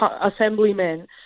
assemblymen